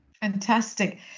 Fantastic